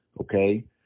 okay